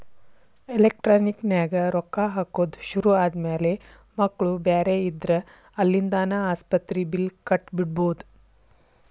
electronic ನ್ಯಾಗ ರೊಕ್ಕಾ ಹಾಕೊದ್ ಶುರು ಆದ್ಮ್ಯಾಲೆ ಮಕ್ಳು ಬ್ಯಾರೆ ಇದ್ರ ಅಲ್ಲಿಂದಾನ ಆಸ್ಪತ್ರಿ ಬಿಲ್ಲ್ ಕಟ ಬಿಡ್ಬೊದ್